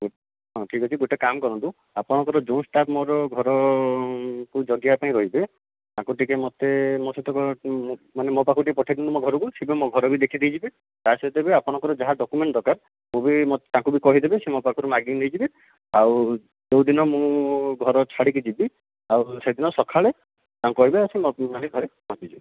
ହଁ ଠିକ୍ ଅଛି ଗୋଟେ କାମ କରନ୍ତୁ ଆପଣଙ୍କର ଯେଉଁ ଷ୍ଟାଫ ମୋର ଘର କୁ ଜଗିବା ପାଇଁ ରହିବେ ତାଙ୍କୁ ଟିକେ ମୋତେ ମୋତେ ସହିତ ମାନେ ମୋ ପାଖକୁ ଟିକେ ପଠାଇ ଦିଅନ୍ତୁ ମୋ ଘରକୁ ସେ ବି ମୋ ଘର ବି ଦେଖି ଦେଇ ଯିବେ ତା ସହିତ ବି ଆପଣଙ୍କର ଯାହା ଡକ୍ୟୁମେଣ୍ଟ ଦରକାର ତାଙ୍କୁ ବି କହିଦେବେ ସେ ମୋ ପାଖରୁ ମାଗିକି ନେଇ ଯିବେ ଆଉ ଯେଉଁ ଦିନ ମୁଁ ଘର ଛାଡ଼ିକି ଯିବି ଆଉ ସେଦିନ ସଖାଳେ ତାଙ୍କୁ କହିବେ ମୋ ଘରେ ଆସି ପହଞ୍ଚି ଯିବେ